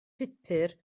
pupur